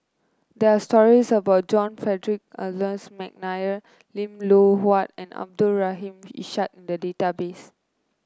there're stories about John Frederick Adolphus McNair Lim Loh Huat and Abdul Rahim Ishak in the database